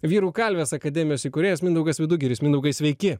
vyrų kalvės akademijos įkūrėjas mindaugas vidugiris mindaugai sveiki